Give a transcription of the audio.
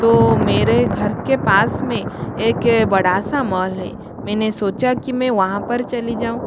तो मेरे घर के पास में एक बड़ा सा मॉल है मैंने सोचा कि मैं वहाँ पर चली जाऊँ